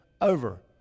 over